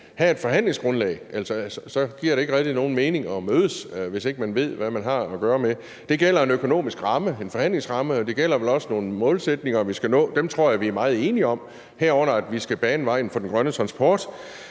have et forhandlingsgrundlag. Ellers giver det ikke rigtig nogen mening at mødes, hvis man ikke ved, hvad man har at gøre med. Det gælder en økonomisk ramme, en forhandlingsramme, og det gælder vel også nogle målsætninger, vi skal nå. Dem tror jeg vi er meget enige om, herunder at vi skal bane vejen for den grønne transport.